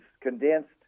condensed